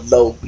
Low